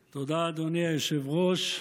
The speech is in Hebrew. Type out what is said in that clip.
תודה, אדוני היושב-ראש.